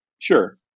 sure